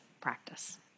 practice